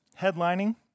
headlining